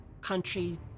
country